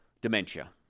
dementia